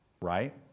Right